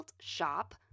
shop